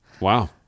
Wow